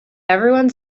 everyone